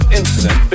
incident